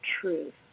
truth